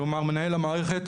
כלומר מנהל המערכת,